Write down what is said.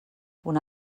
una